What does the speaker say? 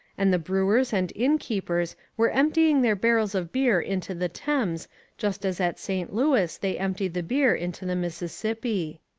and the brewers and innkeepers were emptying their barrels of beer into the thames just as at st. louis they emptied the beer into the mississippi.